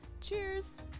Cheers